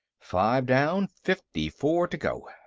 five down. fifty-four to go.